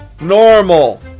Normal